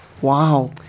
Wow